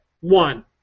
one